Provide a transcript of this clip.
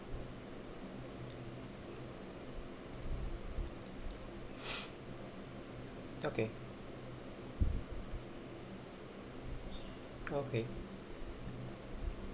okay okay